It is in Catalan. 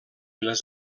les